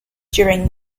during